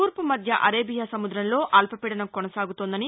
తూర్పు మధ్య అరేబియా సముద్రంలో అల్పపీడనం కొనసాగుతోందని